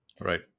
right